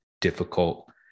difficult